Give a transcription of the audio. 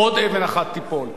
עוד אבן אחת תיפול,